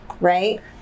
Right